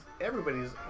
everybody's